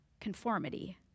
conformity